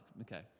okay